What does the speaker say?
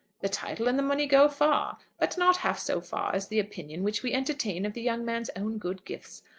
the title and the money go far but not half so far as the opinion which we entertain of the young man's own good gifts.